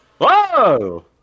Whoa